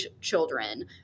children